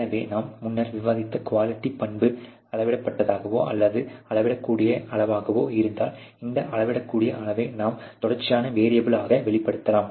எனவே நான் முன்னர் விவாதித்த குவாலிட்டி பண்பு அளவிடப்பட்டதாகவோ அல்லது அளவிடக்கூடிய அளவாகவோ இருந்தால் இந்த அளவிடக்கூடிய அளவை நாம் தொடர்ச்சியான வேரீயபில் ஆக வெளிப்படுத்தலாம்